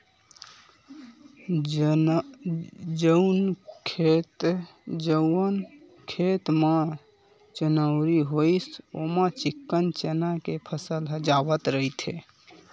जउन खेत म चनउरी होइस ओमा चिक्कन चना के फसल ह जावत रहिथे